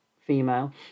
female